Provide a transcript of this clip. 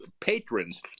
patrons